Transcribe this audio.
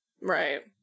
Right